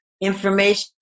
information